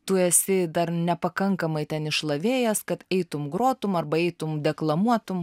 tu esi dar nepakankamai ten išlavėjęs kad eitum grotum arba eitum deklamuotum